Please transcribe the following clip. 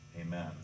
Amen